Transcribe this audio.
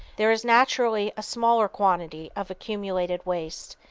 there is naturally a smaller quantity of accumulated waste,